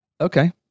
Okay